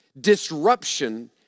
Disruption